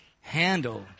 handle